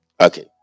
okay